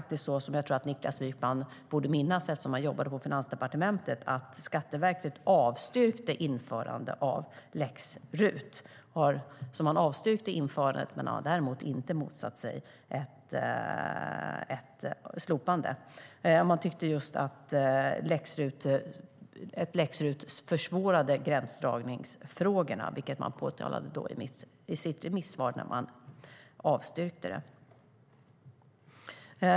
Niklas Wykman borde minnas eftersom han jobbade på Finansdepartementet att Skatteverket avstyrkte införande av läx-RUT, men Skatteverket har däremot inte motsatt sig ett slopande. Skatteverket ansåg att läx-RUT försvårade gränsdragningsfrågorna, vilket man påtalade i sitt remissvar.